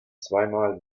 zweimal